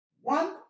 One